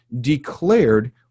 declared